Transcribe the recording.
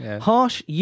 Harsh